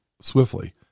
swiftly